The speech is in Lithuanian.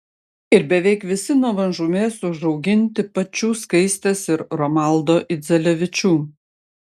ir beveik visi nuo mažumės užauginti pačių skaistės ir romaldo idzelevičių